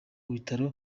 bitaro